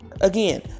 Again